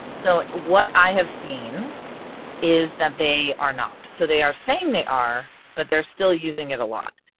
so what i have seen is that they are not. so they are saying they are but they're still using it a lot.